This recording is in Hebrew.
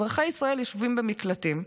אזרחי ישראל יושבים במקלטים,